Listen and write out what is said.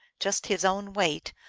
just his own weight,